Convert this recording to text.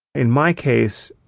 in my case,